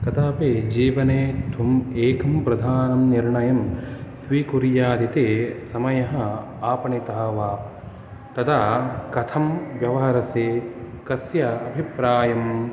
कदापि जीवने त्वम् एकं प्रधानं निर्णयं स्वीकुर्यात् इति समयः आपणिकः वा तदा कथं व्यवहरति कस्य अभिप्रायं